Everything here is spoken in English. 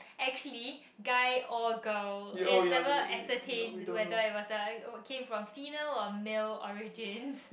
actually guy or girl is never ascertained whether he was a came from female or male origins